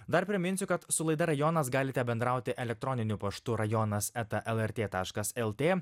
dar priminsiu kad su laida rajonas galite bendrauti elektroniniu paštu rajonas eta lrt taškas lt